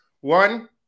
One –